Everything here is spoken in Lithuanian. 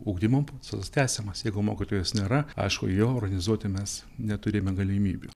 ugdymo procesas tęsiamas jeigu mokytojos nėra aišku jo organizuoti mes neturime galimybių